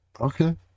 Okay